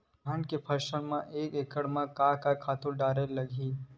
धान के फसल म एक एकड़ म का का खातु डारेल लगही?